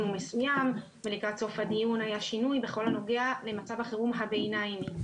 הוא מסוים ולקראת סוף הדיון היה שינוי בכל הנוגע למצב חירום הביניים.